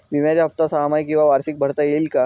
विम्याचा हफ्ता सहामाही किंवा वार्षिक भरता येईल का?